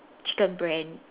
chicken brand